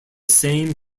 same